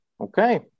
Okay